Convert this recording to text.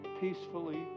peacefully